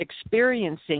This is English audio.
experiencing